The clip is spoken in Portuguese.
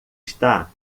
está